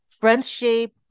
friendship